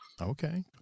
Okay